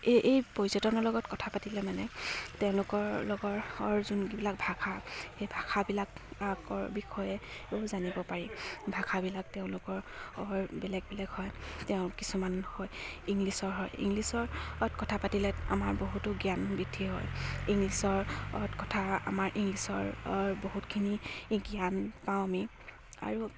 এই এই পৰ্যটনৰ লগত কথা পাতিলে মানে তেওঁলোকৰ লগৰ যোনবিলাক ভাষা সেই ভাষাবিলাক আকৰ বিষয়েও জানিব পাৰি ভাষাবিলাক তেওঁলোকৰ বেলেগ বেলেগ হয় তেওঁ কিছুমান হয় ইংলিছৰ হয় ইংলিছত কথা পাতিলে আমাৰ বহুতো জ্ঞান বৃদ্ধি হয় ইংলিছক কথা আমাৰ ইংলিছৰ বহুতখিনি জ্ঞান পাওঁ আমি আৰু